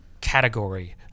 category